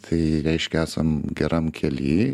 tai reiškia esam geram kely